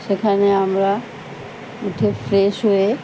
সেখানে আমরা উঠে ফ্রেশ হয়ে